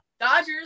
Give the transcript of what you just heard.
Dodgers